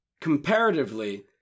comparatively